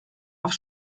auf